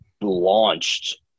launched